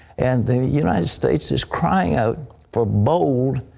and the united states is crying out for bold